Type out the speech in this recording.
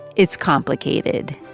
it's complicated.